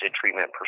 treatment